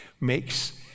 makes